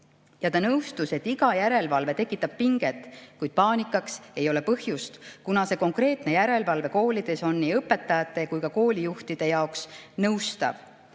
Ta nõustus, et iga järelevalve tekitab pinget, kuid paanikaks ei ole põhjust, kuna konkreetne järelevalve koolides on nii õpetajate kui ka koolijuhtide jaoks nõustav.